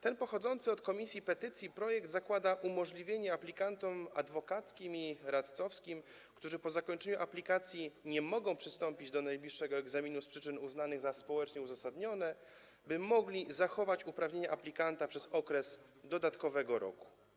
Ten pochodzący od komisji petycji projekt zakłada umożliwienie aplikantom adwokackim i radcowskim, którzy po zakończeniu aplikacji nie mogą przystąpić do najbliższego egzaminu z przyczyn uznanych za społecznie uzasadnione, zachowanie uprawnień aplikanta przez dodatkowy rok.